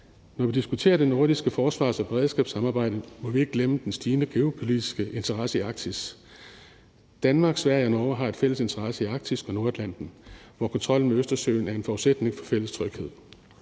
Når vi diskuterer det nordiske forsvars- og beredskabssamarbejde, må vi ikke glemme den stigende geopolitiske interesse i Arktis. Danmark, Sverige og Norge har en fælles interesse i Arktis og Nordatlanten, hvor kontrollen med Østersøen er en forudsætning for fælles tryghed.